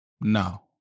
No